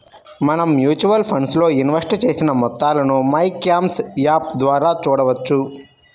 మనం mutual funds లో invest చేసిన మొత్తాలను మైక్యామ్స్ యాప్ ద్వారా చూడవచ్చు